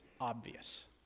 obvious